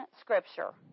scripture